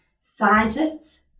scientists